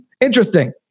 Interesting